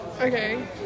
Okay